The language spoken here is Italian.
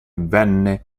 venne